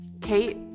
Kate